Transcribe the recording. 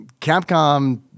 Capcom